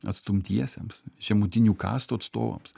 atstumtiesiems žemutinių kastų atstovams